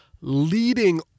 leading